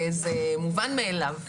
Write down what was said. זה מובן מאליו.